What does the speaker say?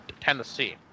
Tennessee